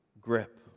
grip